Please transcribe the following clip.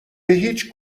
هیچ